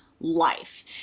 life